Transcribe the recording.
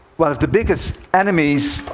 one of the biggest enemies